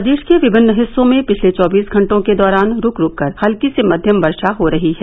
प्रदेश के विभिन्न हिस्सों में पिछले चौबीस घंटों के दौरान रूक रूक कर हत्की से मध्यम वर्षा हो रही है